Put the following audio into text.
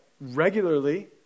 regularly